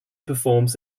performs